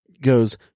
goes